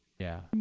yeah.